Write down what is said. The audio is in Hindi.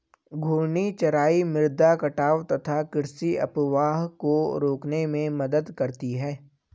घूर्णी चराई मृदा कटाव तथा कृषि अपवाह को रोकने में मदद करती है